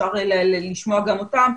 אפשר לשמוע גם אותם,